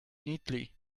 neatly